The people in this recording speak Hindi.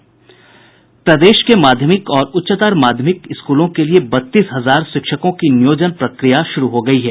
प्रदेश के माध्यमिक और उच्चतर माध्यमिक स्कूलों के लिए बत्तीस हजार शिक्षकों की नियोजन प्रक्रिया शुरू हो गयी है